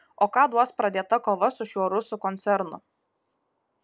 o ką duos pradėta kova su šiuo rusų koncernu